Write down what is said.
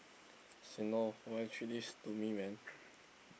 sian loh why you treat this to me man